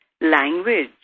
language